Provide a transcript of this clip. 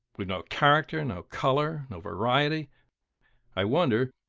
we've no character, no colour, no variety i wonder,